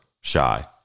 shy